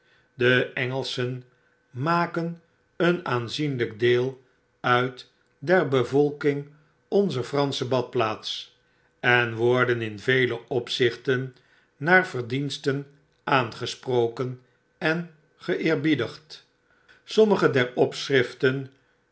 de engelschen maken een aanzienlyk deel nit der bevolking onzer fransche n badpjaats en worden in vele opzichten naar verdiensten aangesproken en geeerbiedigd sommige der